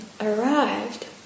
arrived